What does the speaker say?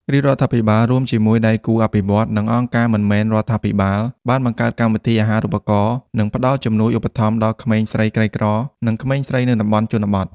រាជរដ្ឋាភិបាល រួមជាមួយដៃគូអភិវឌ្ឍន៍ និងអង្គការមិនមែនរដ្ឋាភិបាល បានបង្កើតកម្មវិធីអាហារូបករណ៍និងផ្តល់ជំនួយឧបត្ថម្ភដល់ក្មេងស្រីក្រីក្រ និងក្មេងស្រីនៅតំបន់ជនបទ។